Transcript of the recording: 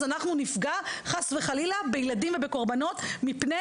אז אנחנו נפגע חס וחלילה בילדים ובקורבנות מפני